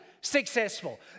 successful